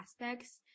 aspects